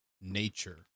nature